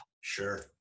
Sure